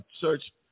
search